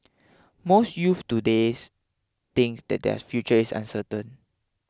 most youths today's think that their future is uncertain